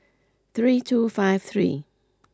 three two five three